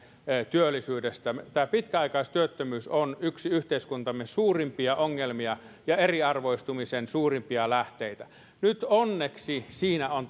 työllisyydestä tämä pitkäaikaistyöttömyys on yksi yhteiskuntamme suurimpia ongelmia ja eriarvoistumisen suurimpia lähteitä nyt onneksi siinä on